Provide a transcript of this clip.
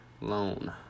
loan